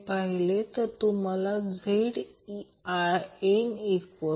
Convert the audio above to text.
5 103 radian per second मिळेल